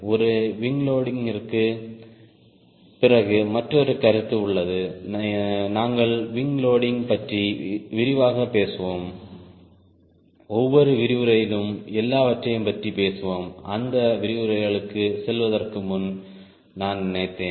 ஒரு விங் லோடிங்கிற்குப் பிறகு மற்றொரு கருத்து உள்ளது நாங்கள் விங் லோடிங் பற்றி விரிவாகப் பேசுவோம் ஒவ்வொரு விரிவுரையிலும் எல்லாவற்றையும் பற்றி பேசுவோம் அந்த விரிவுரைகளுக்குச் செல்வதற்கு முன்பு நான் நினைத்தேன்